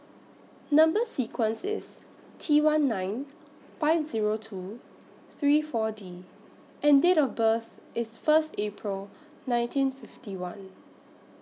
Number sequence IS T one nine five Zero two three four D and Date of birth IS First April nineteen fifty one